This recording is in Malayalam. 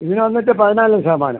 ഇതിന് വന്നിട്ട് പതിനാല് ശതമാനം